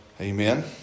Amen